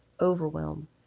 overwhelm